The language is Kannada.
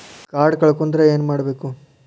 ಕಾರ್ಡ್ ಕಳ್ಕೊಂಡ್ರ ಏನ್ ಮಾಡಬೇಕು?